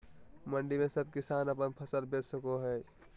मंडी में सब किसान अपन फसल बेच सको है?